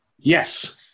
Yes